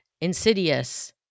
Insidious